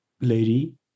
lady